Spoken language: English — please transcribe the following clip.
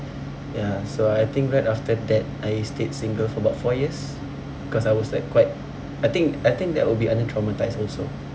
ya so I think right after that I stayed single for about four years because I was like quite I think I think that will be under traumatised also